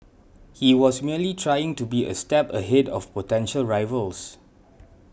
he was merely trying to be a step ahead of potential rivals